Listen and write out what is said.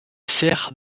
sert